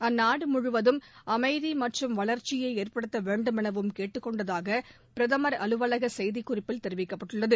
அந்நாடு முழுவதும் அமைதி மற்றும் வளர்ச்சியை ஏற்படுத்த வேண்டும் எனவும் கேட்டுக் கொண்டதாக பிரதமர் அலுவலக செய்திக் குறிப்பில் தெரிவிக்கப்பட்டுள்ளது